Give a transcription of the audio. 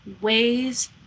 ways